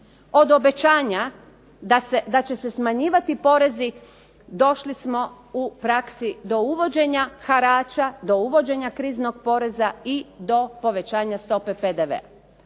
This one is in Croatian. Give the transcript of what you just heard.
Od obećanja da će se smanjivati porezi došli smo u praksi do uvođenja harača, do uvođenja kriznog poreza i do povećanja stope PDV-a.